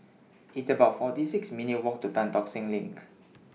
It's about forty six minutes' Walk to Tan Tock Seng LINK